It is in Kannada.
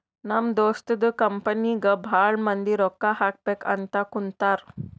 ನಮ್ ದೋಸ್ತದು ಕಂಪನಿಗ್ ಭಾಳ ಮಂದಿ ರೊಕ್ಕಾ ಹಾಕಬೇಕ್ ಅಂತ್ ಕುಂತಾರ್